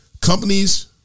companies